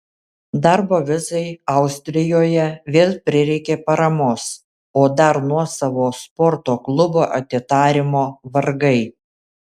darbo vizai austrijoje vėl prireikė paramos o dar nuosavo sporto klubo atidarymo vargai